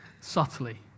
subtly